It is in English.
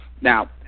Now